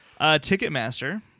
Ticketmaster